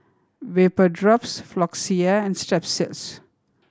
Vapodrops Floxia and Strepsils